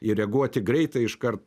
ir reaguoti greitai iškart